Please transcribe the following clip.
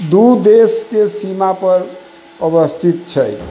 दू देशके सीमा पर अवस्थित छै